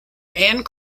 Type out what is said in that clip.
and